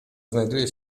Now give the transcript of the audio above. znajduje